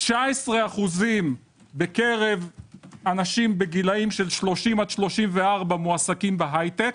19% בקרב אנשים בגילאי 30 עד 34 מועסקים בהייטק.